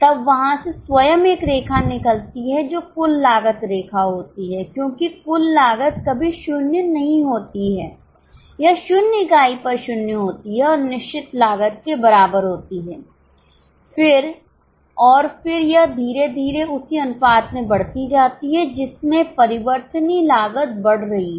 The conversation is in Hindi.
तब वहां से स्वयं एक रेखा निकलती है जो कुल लागत रेखा होती है क्योंकि कुल लागत कभी 0 नहीं होती है यह 0 इकाई पर 0 होती है और निश्चित लागत के बराबर होती है और फिर यह धीरे धीरे उस अनुपात में बढ़ती जाती है जिसमें परिवर्तनीय लागतबढ़ रही है